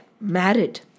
married